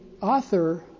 author